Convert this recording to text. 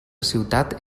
ciutat